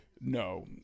no